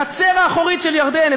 החצר האחורית של ירדן.